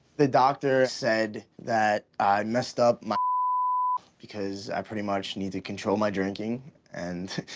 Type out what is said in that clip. the doctor said that i messed up my because i pretty much need to control my drinking and